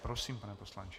Prosím, pane poslanče.